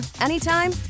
anytime